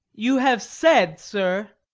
you have said, sir.